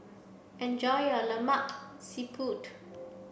enjoy your Lemak Siput